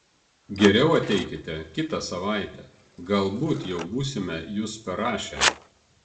geriau ateikite kitą savaitę galbūt jau būsime jus perrašę